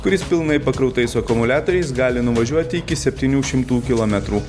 kuris pilnai pakrautais akumuliatoriais gali nuvažiuoti iki septynių šimtų kilometrų